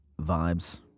vibes